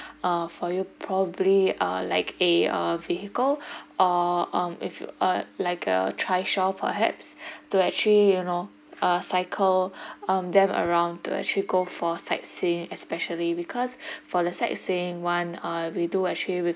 uh for you probably uh like a uh vehicle or um if you uh like a trishaw perhaps to actually you know uh cycle um them around to actually go for sightseeing especially because for the sightseeing one uh we do actually with